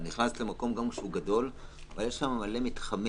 אתה נכנס למקום שהוא גדול ויש שם המון מתחמים